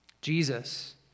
Jesus